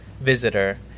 visitor